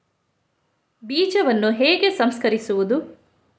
ಬೀಜವನ್ನು ಹೇಗೆ ಸಂಸ್ಕರಿಸುವುದು?